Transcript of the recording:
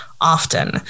often